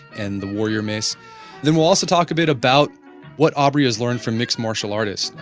and the warrior mace then we'll also talk a bit about what aubrey has learnt from mixed martial artists.